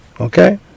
Okay